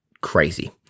crazy